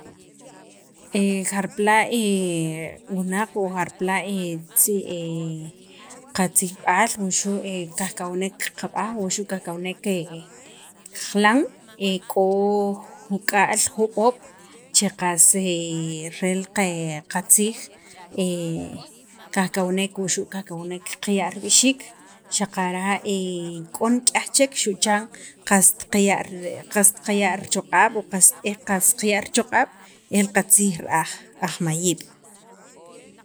jarpala' wunaq o jarpala' tzij qatzijb'al wuxu' kajkawnek kab'aj wuxu' kajkawnek qilan e k'o juk'al jo'oob' che qas rel qatziij kajakawnek, wuxu' kajkawnek qaya' rib'ixiik xaqara' k'o nikyaj chek xu' chan qast qast qaya' richoq'ab' e qas qaya' richoq'ab' el qatziij ra'aj aj mayiib'.